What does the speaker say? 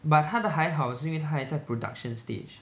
but 他的还好是因为他还在 production stage